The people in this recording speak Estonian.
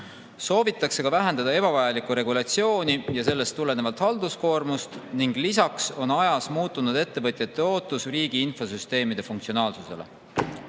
Soovitakse ka vähendada ebavajalikku regulatsiooni ja sellest tulenevat halduskoormust ning lisaks on ajas muutunud ettevõtjate ootus riigi infosüsteemide funktsionaalsusele.